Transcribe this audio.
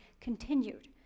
continued